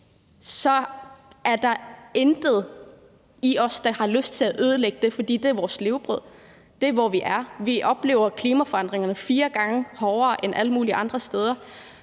er der intet i os, der har lyst til at ødelægge det, for det er vores levebrød. Det er der, hvor vi er. Vi oplever klimaforandringerne fire gange hårdere, end man gør alle mulige andre steder.